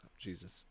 Jesus